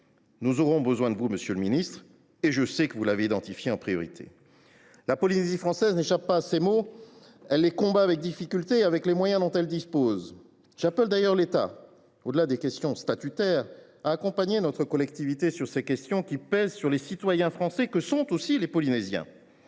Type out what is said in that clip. Nous aurons besoin de vous, monsieur le ministre, et je sais que vous avez identifié ce sujet comme une priorité. La Polynésie française n’échappe pas à ces maux, elle les combat avec difficulté et avec les moyens dont elle dispose. J’appelle d’ailleurs l’État, au delà des questions statutaires, à accompagner notre collectivité sur ces questions qui pèsent sur les citoyens français que sont aussi les Polynésiens.